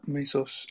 Mesos